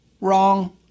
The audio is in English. Wrong